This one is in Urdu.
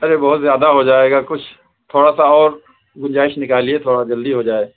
ارے بہت زیادہ ہو جائے گا کچھ تھوڑا سا اور گنجائش نکالئے تھوڑا جلدی ہو جائے